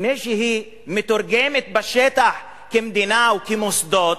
לפני שהיא מתורגמת בשטח כמדינה או כמוסדות,